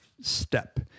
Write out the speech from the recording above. step